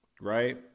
right